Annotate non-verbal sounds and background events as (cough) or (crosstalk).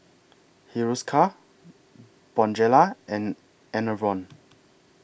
Hiruscar (noise) Bonjela and Enervon